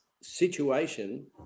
situation